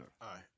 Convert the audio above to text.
Aye